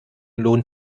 lohnt